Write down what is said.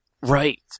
Right